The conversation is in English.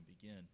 begin